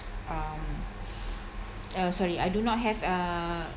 um uh sorry I do not have uh